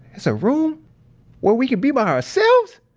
it's a room where we can be by ourselves?